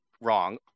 wrong